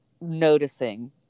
noticing